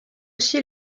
aussi